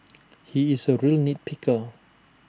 he is A real nit picker